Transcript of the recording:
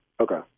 Okay